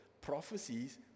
Prophecies